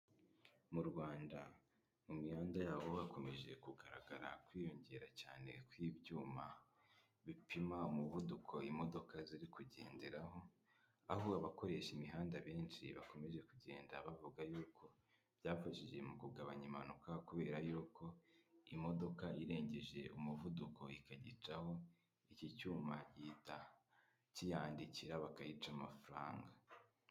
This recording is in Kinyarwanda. Mu Rwanda mu mihanda yaho hakomeje kugaragara kwiyongera cyane kw'ibyuma bipima umuvuduko imodoka ziri kugenderaho, aho abakoresha imihanda benshi bakomeje kugenda bavuga yuko byafashije mu kugabanya impanuka kubera yuko imodoka irengeje umuvuduko ikagicaho, iki cyuma gihita kiyandikira bakayica amafaranga.